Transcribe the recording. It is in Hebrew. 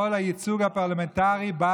כל הייצוג הפרלמנטרי במדינות מתוקנות